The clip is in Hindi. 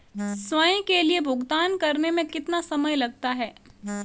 स्वयं के लिए भुगतान करने में कितना समय लगता है?